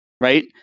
right